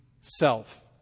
self